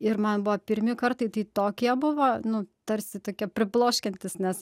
ir man buvo pirmi kartai tai tokie buvo nu tarsi tokie pribloškiantys nes